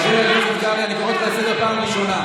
חבר הכנסת קרעי, אני קורא אותך לסדר פעם ראשונה.